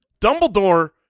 dumbledore